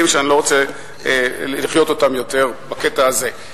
שאני לא רוצה לחיות אותם יותר בקטע הזה.